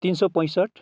तिन सौ पैँसठ्ठी